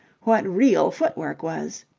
what real footwork was.